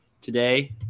today